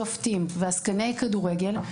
שופטים ועסקני כדורגל,